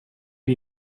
you